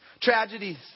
tragedies